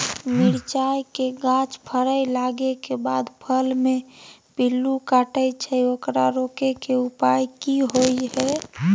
मिरचाय के गाछ फरय लागे के बाद फल में पिल्लू काटे छै ओकरा रोके के उपाय कि होय है?